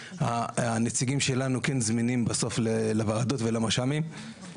הנציגים שלנו כן זמינים בסוף לוועדות ולמש"מים.